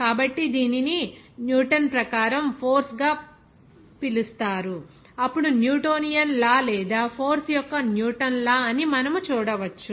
కాబట్టి దీనిని న్యూటన్ ప్రకారం ఫోర్స్ గా పిలుస్తారు అప్పుడు న్యూటోనియన్ లా లేదా ఫోర్స్ యొక్క న్యూటన్ లా అని మనము చూడవచ్చు